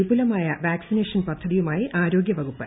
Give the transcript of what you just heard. വിപുലമായ വാക്സിനേഷൻ പദ്ധതിയുമായി ആരോഗൃവകുപ്പ്